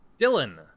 Dylan